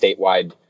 statewide